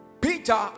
Peter